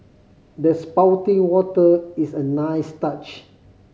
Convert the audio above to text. the spouting water is a nice touch